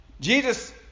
Jesus